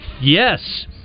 Yes